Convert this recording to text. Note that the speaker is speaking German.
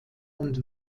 und